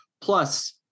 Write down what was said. plus